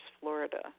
Florida